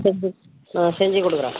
செஞ்சு ஆ செஞ்சுக் கொடுக்குறேன்